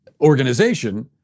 organization